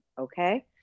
okay